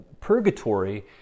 purgatory